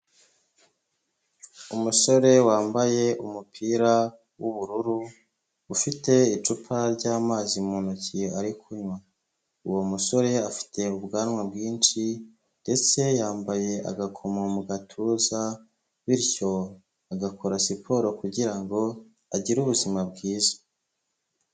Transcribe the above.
Umusore wambaye umupira w'ubururu ufite icupa ry'amazi mu ntoki ari kunywa. Uwo musore afite ubwanwa bwinshi ndetse yambaye agakoma mu gatuza bityo agakora siporo kugira ngo agire ubuzima bwiza.